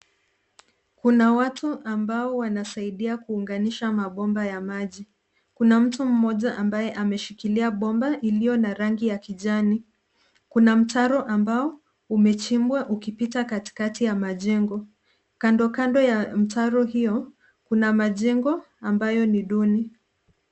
Kuna watu ambao wanasaidia kuunganisha mabomba ya maji. Kuna mtu mmoja ambaye ameshikilia bomba iliyo na rangi ya kijani. Kuna mtaro ambao umechimbwa ukipita katikati ya majengo. Kando kando ya mtaro hio kuna majengo ambayo ni duni.